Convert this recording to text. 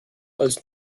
als